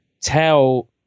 tell